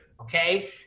Okay